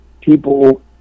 people